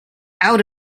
out